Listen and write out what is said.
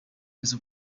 his